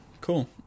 Cool